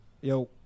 yo